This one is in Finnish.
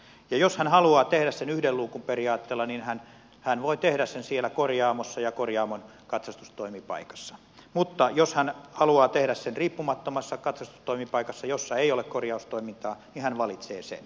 jos hän haluaa tehdä sen yhden luukun periaatteella niin hän voi tehdä sen siellä korjaamossa ja korjaamon katsastustoimipaikassa mutta jos hän haluaa tehdä sen riippumattomassa katsastustoimipaikassa jossa ei ole korjaustoimintaa niin hän valitsee sen